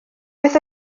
beth